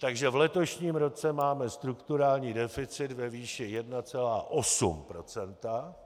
takže v letošním roce máme strukturální deficit ve výši 1,8 %.